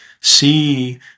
see